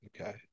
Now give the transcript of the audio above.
Okay